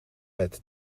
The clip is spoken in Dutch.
met